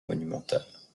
monumentales